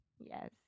Yes